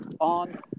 on